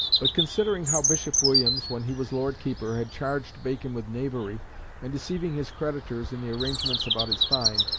but considering how bishop williams, when he was lord keeper, had charged bacon with knavery and deceiving his creditors in the arrangements about his fine,